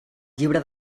llibre